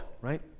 right